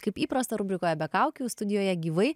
kaip įprasta rubrikoje be kaukių studijoje gyvai